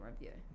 review